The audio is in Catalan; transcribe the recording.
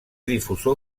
difusor